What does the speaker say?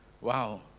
Wow